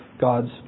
God's